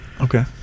Okay